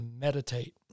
meditate